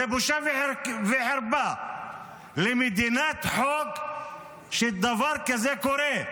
בושה וחרפה למדינת חוק שדבר כזה קורה,